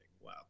wow